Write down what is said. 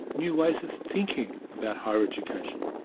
new ways of thinking about higher education.